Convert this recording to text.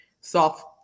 soft